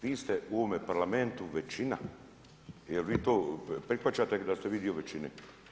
Vi ste u ovome Parlamentu većina, jel vi to prihvaćate kada ste vi dio većine.